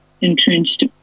entrenched